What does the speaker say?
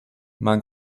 man